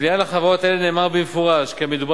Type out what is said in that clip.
בפנייה לחברות אלה נאמר במפורש כי המדובר